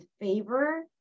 favor